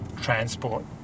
transport